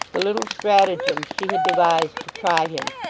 the little stratagems she had devised to try him,